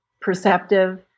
perceptive